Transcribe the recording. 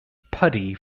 putty